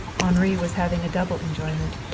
henri was having a double enjoyment.